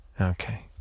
Okay